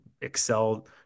excel